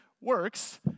works